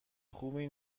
خوبی